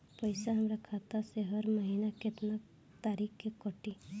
पैसा हमरा खाता से हर महीना केतना तारीक के कटी?